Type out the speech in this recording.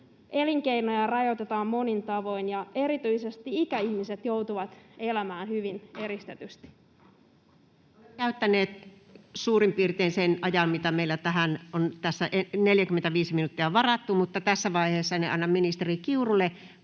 elinkeinoja rajoitetaan monin tavoin ja erityisesti ikäihmiset joutuvat elämään hyvin eristetysti. Olemme käyttäneet suurin piirtein sen ajan, 45 minuuttia, mitä meillä tähän on tässä varattu, mutta tässä vaiheessa annan ministeri Kiurulle 3